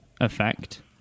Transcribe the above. effect